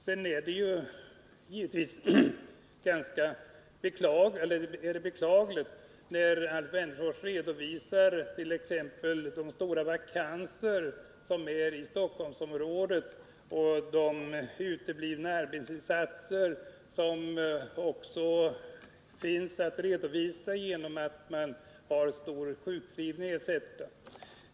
Sedan är det givetvis beklagligt att det förhåller sig så som Alf Wennerfors redovisade när det gäller det stora antalet vakanser i Stockholmsområdet och de uteblivna arbetsinsatserna på grund av sjukskrivning etc.